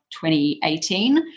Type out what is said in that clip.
2018